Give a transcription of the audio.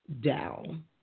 down